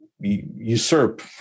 usurp